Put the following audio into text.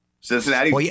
Cincinnati